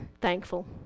thankful